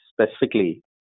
specifically